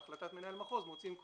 בהחלטת מנהל מחוז, מוציאים כונן,